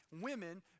women